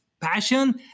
passion